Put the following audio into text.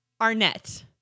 Arnett